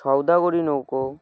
সওদাগরি নৌকা